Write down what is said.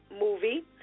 movie